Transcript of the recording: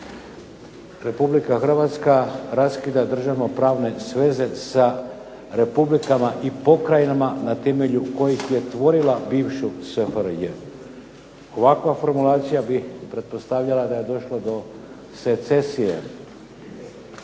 "Republika Hrvatska raskida državno-pravne sveze sa republikama i pokrajinama na temelju kojih je tvorila bivšu SFRJ." Ovakva formulacija bi pretpostavljala da je došlo do secesije